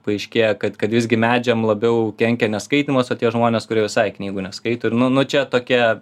paaiškėja kad kad visgi medžiam labiau kenkia ne skaitymas o tie žmonės kurie visai knygų neskaito ir nu nu čia tokia